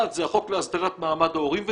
אחד, זה החוק להסדרת מעמד ההורים ונציגותם,